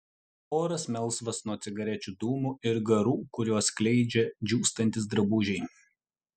oras melsvas nuo cigarečių dūmų ir garų kuriuos skleidžia džiūstantys drabužiai